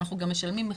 שאנחנו גם משלמים מחיר.